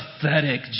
pathetic